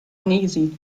uneasy